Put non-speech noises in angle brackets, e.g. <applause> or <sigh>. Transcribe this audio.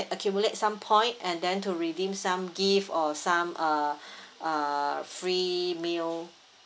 you can accumulate some point and then to redeem some gift or some uh <breath> uh free meal